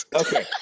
Okay